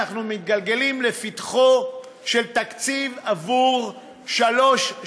אנחנו מתגלגלים לפתחו של תקציב עבור שלוש,